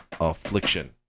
Affliction